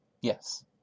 Yes